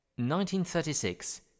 1936